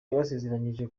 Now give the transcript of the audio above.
yabasezeranyije